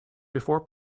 before